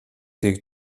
дэг